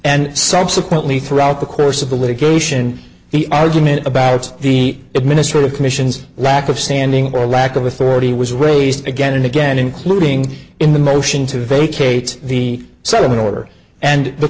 and subsequently throughout the course of the litigation the argument about the administrative commissions lack of standing or lack of authority was raised again and again including in the motion to vacate the site of an order and the